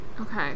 Okay